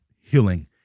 healing